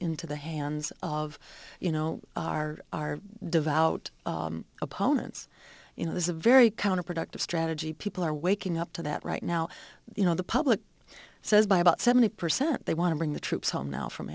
into the hands of you know our our devout opponents you know this is a very counterproductive strategy people are waking up to that right now you know the public says by about seventy percent they want to bring the troops home now from